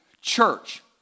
church